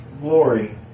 glory